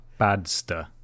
badster